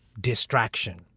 distraction